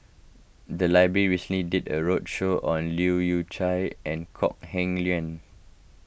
the library recently did a roadshow on Leu Yew Chye and Kok Heng Leun